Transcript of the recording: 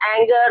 anger